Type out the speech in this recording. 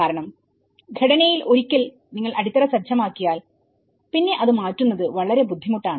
കാരണം ഘടനയിൽഒരിക്കൽ നിങ്ങൾ അടിത്തറ സജ്ജമാക്കിയാൽ പിന്നെ അത് മാറ്റുന്നത് വളരെ ബുദ്ധിമുട്ടാണ്